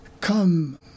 come